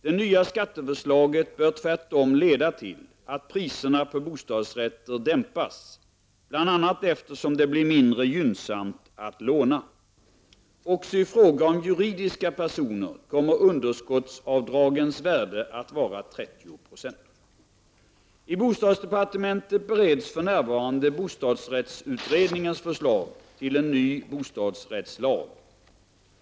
Det nya skatteförslaget bör tvärtom leda till att priserna på bostadsrätter dämpas, bl.a. eftersom det blir mindre gynnsamt att låna. Också i fråga om juridiska personer kommer underskottsavdragens värde att vara 30 96. I bostadsdepartementet bereds för närvarande bostadsrättsutredningens förslag till en ny bostadsrättslag.